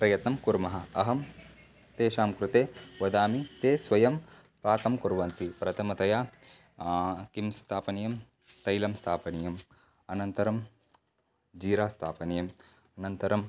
प्रयत्नं कुर्मः अहं तेषां कृते वदामि ते स्वयं पाकं कुर्वन्ति प्रथमतया किं स्थापनीयं तैलं स्थापनीयम् अनन्तरं जीरास्थापनीयम् अनन्तरं